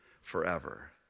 forever